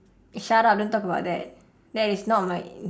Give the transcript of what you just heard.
shut up don't talk about that that is not my